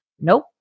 nope